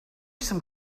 some